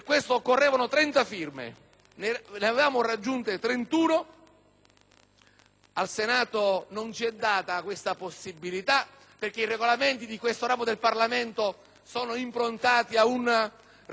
(al Senato non ci è data questa possibilità, perché i Regolamenti di questo ramo del Parlamento sono improntati a un rigore e a un'efficienza straordinaria